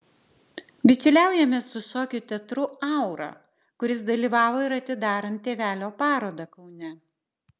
bičiuliaujamės su šokio teatru aura kuris dalyvavo ir atidarant tėvelio parodą kaune